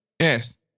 Yes